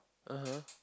(uh huh)